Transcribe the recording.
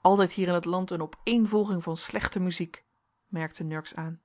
altijd hier in het land een opeenvolging van slechte muziek merkte nurks aan